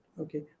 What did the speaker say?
okay